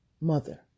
mother